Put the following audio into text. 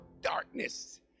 darkness